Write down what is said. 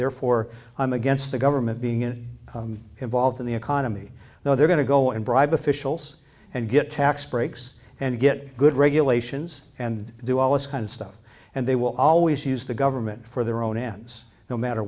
therefore i'm against the government being in involved in the economy now they're going to go and bribe officials and get tax breaks and get good regulations and do all this kind of stuff and they will always use the government for their own ends no matter